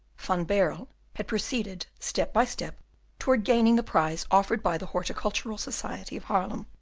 van baerle had proceeded step by step towards gaining the prize offered by the horticultural society of haarlem.